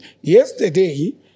yesterday